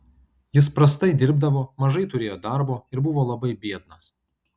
jis prastai dirbdavo mažai turėjo darbo ir buvo labai biednas